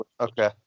okay